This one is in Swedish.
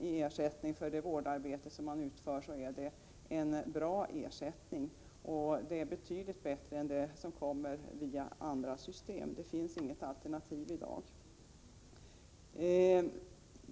ersättning för det vårdarbete som man utför är det en bra ersättning. Det är betydligt bättre än det som man får via andra system. Det finns inget alternativ i dag.